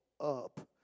up